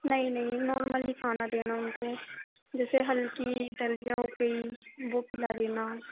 नहीं नहीं नॉर्मल ही खाना देना उनको जैसे हल्दी बीज वो खिला देना